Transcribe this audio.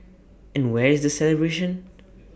and where is the celebration